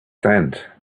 sand